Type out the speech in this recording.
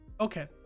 Okay